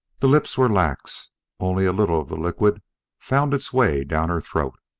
the lips were lax only a little of the liquid found its way down her throat.